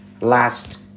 last